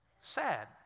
Sad